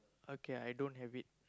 okay I don't have it